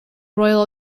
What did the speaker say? royal